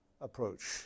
approach